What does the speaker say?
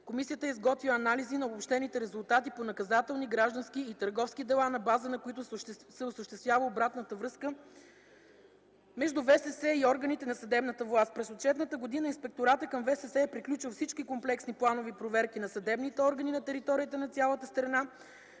комисията е изготвяла анализи на обобщените резултати по наказателни, граждански и търговски дела, на база на които се осъществява обратната връзка между ВСС и органите на съдебната власт. През отчетната година Инспекторатът към ВСС е приключил всички комплексни планови проверки на съдебните органи на територията на цялата страна.